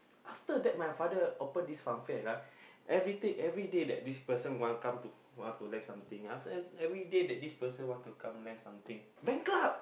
after that my father open this fun fair lah everything everyday that this person want to come to lend something bankrupt